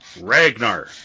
Ragnar